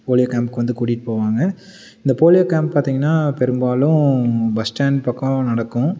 polio கேம்ப்புக்கு வந்து கூட்டிகிட்டு போவாங்க இந்த போலியோ கேம்ப் பார்த்திங்கன்னா பெரும்பாலும் பஸ் ஸ்டாண்டு பக்கம் நடக்கும்